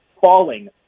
falling